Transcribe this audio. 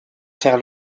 faire